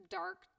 dark